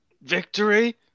victory